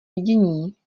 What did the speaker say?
vidění